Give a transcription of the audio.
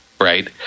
right